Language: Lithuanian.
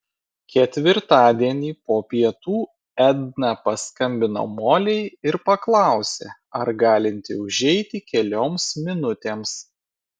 ketvirtadienį po pietų edna paskambino molei ir paklausė ar galinti užeiti kelioms minutėms